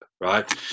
right